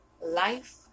life